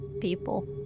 people